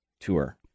tour